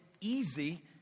easy